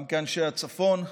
גם כאנשי הצפון.